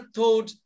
told